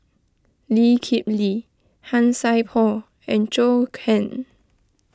Lee Kip Lee Han Sai Por and Zhou Can